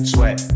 Sweat